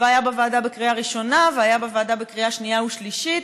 והיה בוועדה בקריאה ראשונה והיה בוועדה בקריאה שנייה ושלישית,